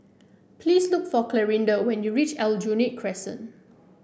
please look for Clarinda when you reach Aljunied Crescent